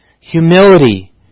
humility